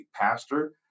pastor